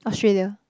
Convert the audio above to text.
Australia